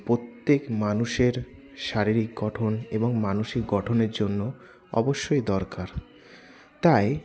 প্রত্যেক মানুষের শারীরিক গঠন এবং মানসিক গঠনের জন্য অবশ্যই দরকার তাই